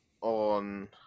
on